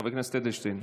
חבר הכנסת אדלשטיין.